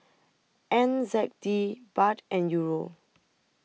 N Z D Baht and Euro